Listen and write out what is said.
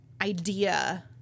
idea